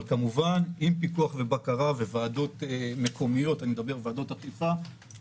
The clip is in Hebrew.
אבל כמובן שעם פיקוח ובקרה וועדות אכיפה מקומיות